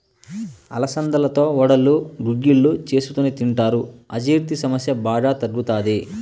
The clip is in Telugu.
అలసందలతో వడలు, గుగ్గిళ్ళు చేసుకొని తింటారు, అజీర్తి సమస్య బాగా తగ్గుతాది